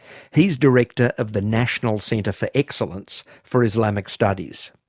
he's director of the national centre for excellence for islamic studies.